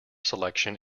selection